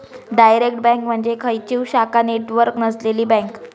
direct bank म्हणजे खंयचीव शाखा नेटवर्क नसलेली बँक